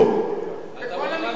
זה בכל המגזר.